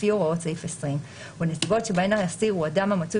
לפי הוראת סעיף 20. ובנסיבות שבן האסיר הוא אדם המצוי